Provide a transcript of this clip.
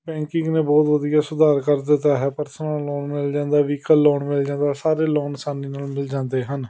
banking ਨੇ ਬਹੁਤ ਵਧੀਆ ਸੁਧਾਰ ਕਰ ਦਿੱਤਾ ਹੈ ਪਰਸਨਲ ਲੋਨ ਮਿਲ ਜਾਂਦਾ ਵਹੀਕਲ ਲੋਨ ਮਿਲ ਜਾਂਦਾ ਸਾਰੇ ਲੋਨ ਆਸਾਨੀ ਨਾਲ਼ ਮਿਲ ਜਾਂਦੇ ਹਨ